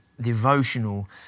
devotional